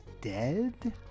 dead